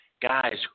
Guys